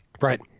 Right